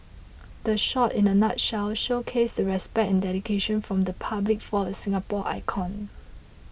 the shot in a nutshell showcased the respect and dedication from the public for a Singapore icon